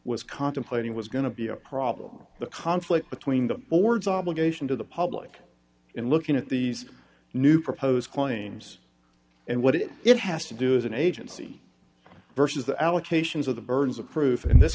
was contemplating was going to be a problem the conflict between the boards obligation to the public in looking at these new proposed claims and what it has to do as an agency versus the allocations of the burdens of proof in this